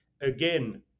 again